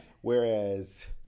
Whereas